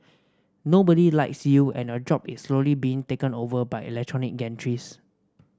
nobody likes you and your job is slowly being taken over by electronic gantries